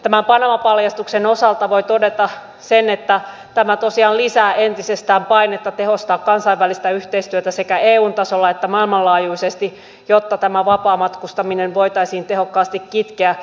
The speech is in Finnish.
tämän panama paljastuksen osalta voi todeta sen että tämä tosiaan lisää entisestään painetta tehostaa kansainvälistä yhteistyötä sekä eun tasolla että maailmanlaajuisesti jotta tämä vapaamatkustaminen voitaisiin tehokkaasti kitkeä